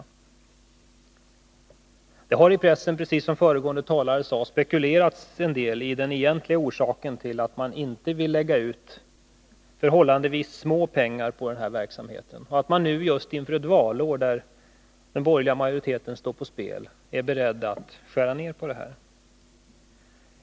Det har i pressen, precis som den föregående talaren sade, spekulerats en del om den egentliga orsaken till att man inte vill lägga ut förhållandevis små belopp på den här verksamheten och att man just nu inför ett valår, där den borgerliga majoriteten står på spel, är beredd att skära ner på anslagen.